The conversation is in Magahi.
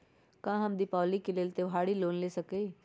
का हम दीपावली के लेल त्योहारी लोन ले सकई?